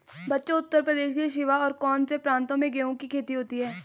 बच्चों उत्तर प्रदेश के सिवा और कौन से प्रांतों में गेहूं की खेती होती है?